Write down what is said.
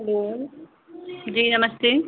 hello जी नमस्ते